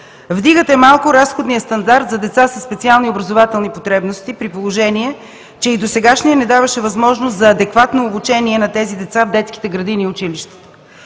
Вдигате малко разходния стандарт за деца със специални образователни потребности, при положение че и досегашният не даваше възможност за адекватно обучение на тези деца в детските градини и училища.